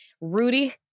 Rudy